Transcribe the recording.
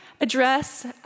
address